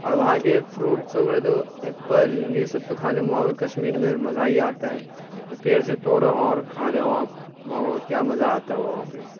اور وہاں کے فروٹس وغیرہ تو ایپل یہ سب تو کھانے میں وہاں پہ کشمیر میں مزہ ہی آتا ہے جو پیڑ سے توڑو اور كھا جاؤ آپ واہ واہ كیا مزہ آتا ہے وہاں پہ